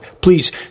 Please